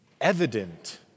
evident